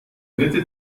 dritte